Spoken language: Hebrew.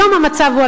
היום המצב הוא,